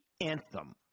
anthem